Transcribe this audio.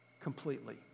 completely